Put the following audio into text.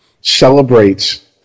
celebrates